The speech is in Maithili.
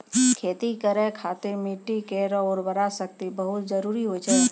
खेती करै खातिर मिट्टी केरो उर्वरा शक्ति बहुत जरूरी होय छै